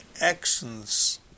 actions